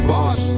Boss